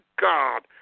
God